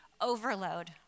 overload